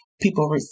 people